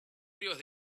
ríos